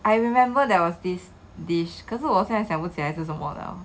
I remember there was this dish 可是我现在想不起来是什么了